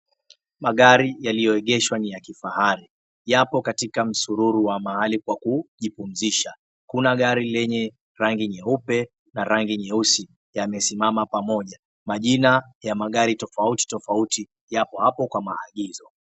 Magari yaliyoegeshwa ni ya kifahari, yako katika msururu wa mahali pa kujipumzisha. Kuna gari lenye rangi nyeupe na rangi nyeusi yamesimama pamoja, majina ya magari tofauti tofauti yapo hapo kwa maagizo.